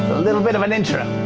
a little bit of an intro